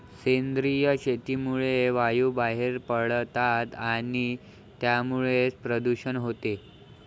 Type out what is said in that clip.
सेंद्रिय शेतीमुळे वायू बाहेर पडतात आणि त्यामुळेच प्रदूषण होते